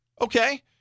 Okay